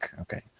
okay